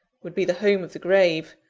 would be the home of the grave